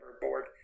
Board